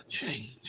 change